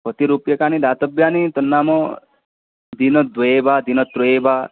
कति रूप्यकाणि दातव्यानि तन्नाम दिनद्वये वा दिनत्रये वा